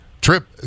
trip